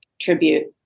tribute